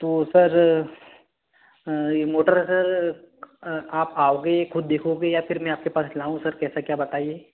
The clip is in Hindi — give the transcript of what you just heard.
तो सर यह मोटर सर आप आओगे खुद देखोगे या फिर मैं आपके पास लाऊँ सर कैसा क्या बताइए